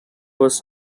was